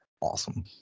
awesome